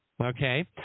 Okay